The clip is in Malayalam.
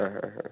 ആ ഹാ ഹാ